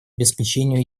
обеспечению